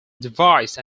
devised